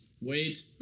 wait